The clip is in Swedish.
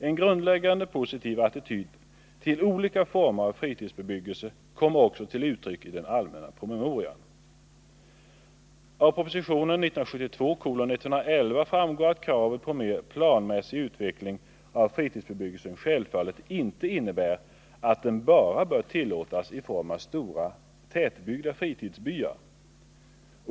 En grundläggande positiv attityd till olika former av fritidsbebyggelse kommer också till uttryck i den allmänna promemorian. Av propositionen 1972:111 framgår att kravet på en mer planmässig utveckling av fritidsbebyggelsen självfallet inte innebär att den bara bör tillåtas i form av stora tätbebyggda fritidsbyar.